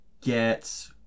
Get